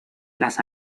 las